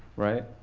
right?